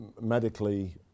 medically